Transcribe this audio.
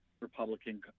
Republican